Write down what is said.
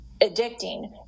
addicting